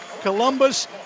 Columbus